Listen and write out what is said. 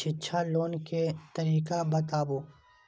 शिक्षा लोन के तरीका बताबू?